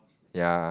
ya